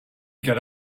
get